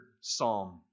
Psalm